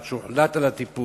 עד שהוחלט על הטיפול,